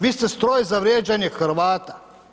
Vi ste stroj za vrijeđanje Hrvata.